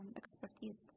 expertise